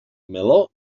meló